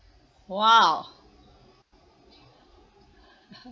!wow!